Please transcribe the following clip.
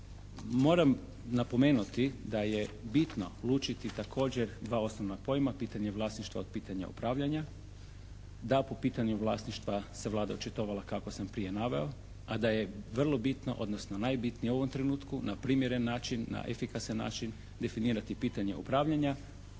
Moram napomenuti da je bitno lučiti također dva osnovna pojma – pitanje vlasništva od pitanja upravljanja. Da po pitanju vlasništva se Vlada očitovala kako sam prije naveo, a da je vrlo bitno odnosno najbitnije u ovom trenutku na primjeren način, na efikasan način definirati pitanje upravljanja,